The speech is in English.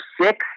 six